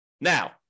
Now